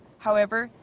however,